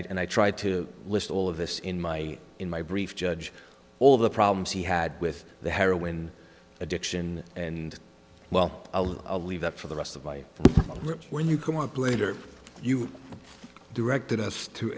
he and i tried to list all of this in my in my brief judge all of the problems he had with the heroin addiction and well i'll leave that for the rest of my when you come up later you directed us to